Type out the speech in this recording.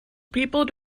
people